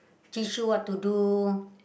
teach you what to do